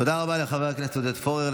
תודה רבה לחבר הכנסת עודד פורר.